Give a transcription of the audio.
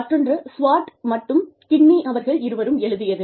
மற்றொன்று ஸ்வார்ட் மற்றும் கின்னி அவர்கள் இருவரும் எழுதியது